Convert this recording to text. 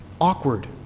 Awkward